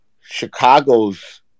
Chicago's